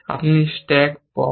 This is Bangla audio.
আপনি স্ট্যাক পপ